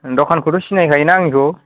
दखानखौथ' सिनाय खायोना आंनिखौ